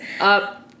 Up